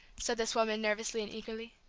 said this woman, nervously and eagerly.